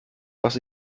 was